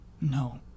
No